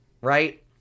right